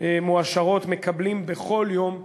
מועשרות מקבלים בכל יום ארוחה.